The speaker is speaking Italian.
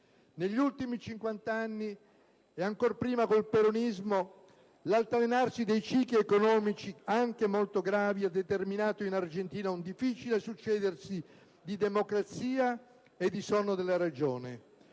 Negli ultimi cinquant'anni, e ancor prima col peronismo, l'altalenarsi dei cicli economici, anche molto gravi, ha determinato in Argentina un difficile succedersi di democrazia e di sonno della ragione.